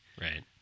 Right